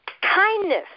Kindness